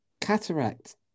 cataract